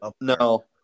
No